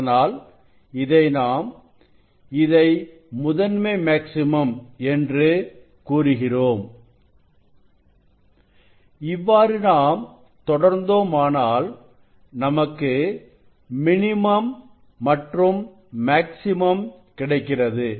அதனால் இதை நாம் இதை முதன்மை மேக்ஸிமம் என்று கூறுகிறோம் இவ்வாறு நாம் தொடர்ந்தோம் ஆனால் நமக்கு மினிமம் மற்றும் மேக்ஸிமம் கிடைக்கிறது